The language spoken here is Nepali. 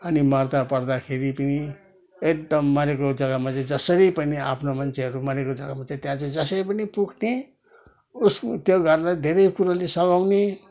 अनि मर्दापर्दाखेरि पनि एकदम मरेको जग्गामा चाहिँ जसरी पनि आफ्ना मान्छेहरू मरेको जग्गामा चाहिँ त्यहाँ चाहिँ जसरी पनि पुग्थेँ उस त्यो घरलाई धेरै कुरोले सघाउने